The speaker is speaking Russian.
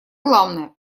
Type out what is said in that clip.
главное